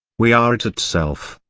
we are it itself.